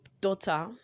daughter